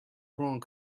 wrong